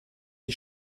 die